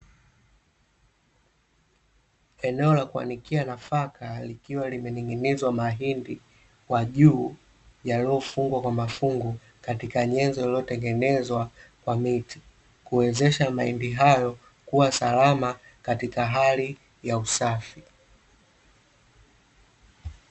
Eneo la kuanikia nafaka likiwa limening'inizwa mahindi kwa juu, yaliyofungwa kwa mafungu katika nyenzo iliyotengenezwa kwa miti, kuwezesha mahindi hayo kuwa salama katika hali ya usafi.